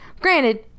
Granted